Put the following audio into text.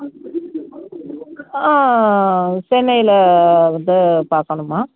ஆ சென்னையில் வந்து பார்க்கணுமா